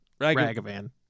Ragavan